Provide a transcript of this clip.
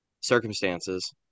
circumstances